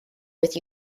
with